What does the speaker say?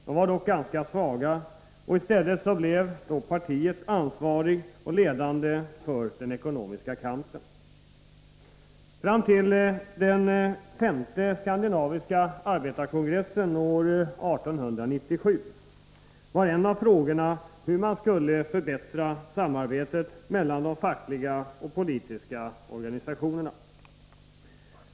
De var dock ganska svaga, och i stället blev partiet ansvarigt och ledande i den ekonomiska kampen. Fram till den femte skandinaviska arbetarkongressen år 1897 var en av frågorna hur man skulle förbättra samarbetet mellan de fackliga och de politiska organisationerna.